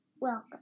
welcome